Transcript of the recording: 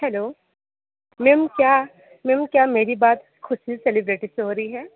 hello ma'am क्या ma'am क्या मेरी बात ख़ुशी सेलिब्रिटी से हो रही है